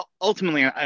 ultimately